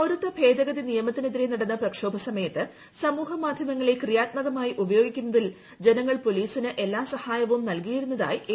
പൌരത്വ ഭേദഗതി നിയമത്തിനെതിരെ നടന്ന പ്രക്ഷോഭ സമയത്ത് സമൂഹ മാധ്യമങ്ങളെ ക്രയാത്മകമായി ഉപയോഗിക്കുന്നതിൽ ജനങ്ങൾ പൊലീസിന് എല്ലാ സഹായവും നൽകിയിരുന്നതായി എ